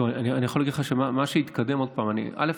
אני יכול להגיד לך מה שהתקדם: א.